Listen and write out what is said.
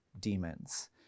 demons